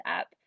up